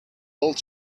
old